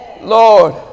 Lord